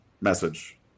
message